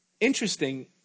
Interesting